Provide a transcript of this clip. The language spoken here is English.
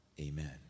Amen